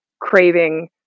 craving